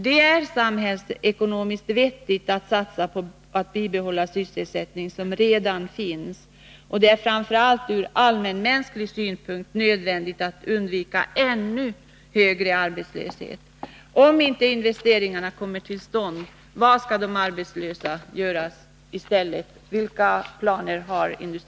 Det är samhällsekonomiskt vettigt att satsa på att bibehålla sysselsättning som redan finns. Från framför allt allmänmänsklig synpunkt är det nödvändigt att man undviker ännu högre arbetslöshet.